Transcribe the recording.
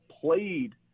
played